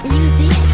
Music